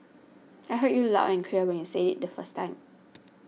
I heard you loud and clear when you said it the first time